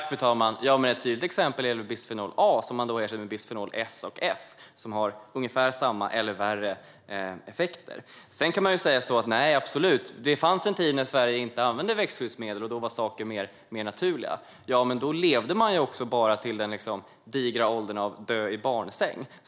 Fru talman! Ett tydligt exempel är väl bisfenol A, som man ersatte med bisfenol S och bisfenol F, som har ungefär samma eller värre effekter. Man kan säga att det fanns en tid när Sverige inte använde växtskyddsmedel, och då var saker mer naturliga. Ja, men då levde man också bara till den digra åldern av död i barnsäng.